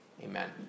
amen